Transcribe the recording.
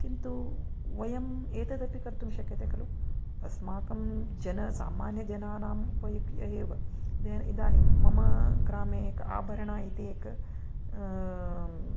किन्तु वयम् एतदपि कर्तुं शक्यते खलु अस्माकं जन सामान्य जनानाम् उपयुज्य एव इदानीं मम ग्रामे एकः आभरण इति एक